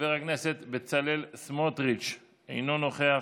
חבר הכנסת בצלאל סמוטריץ' אינו נוכח,